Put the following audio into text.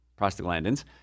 prostaglandins